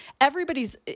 everybody's